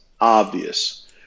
obvious